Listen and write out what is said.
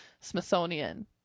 Smithsonian